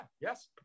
yes